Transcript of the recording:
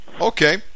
Okay